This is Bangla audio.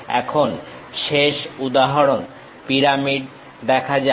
এখন শেষ উদাহরণ পিরামিড দেখা যাক